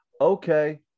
Okay